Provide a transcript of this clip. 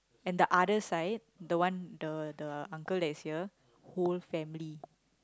and the other side the one that the uncle is here whole family